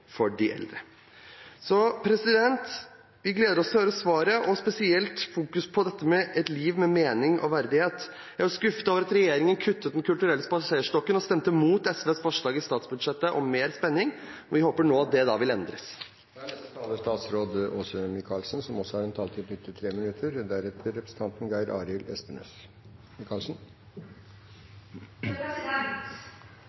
for de eldre. Vi gleder oss til å høre svaret, og spesielt om dette med et liv med mening og verdighet. Jeg er skuffet over at regjeringen kuttet Den kulturelle spaserstokken og stemte imot SVs forslag i statsbudsjettet om mer spenning, og vi håper at det nå vil endres. Vi står for en eldrepolitikk som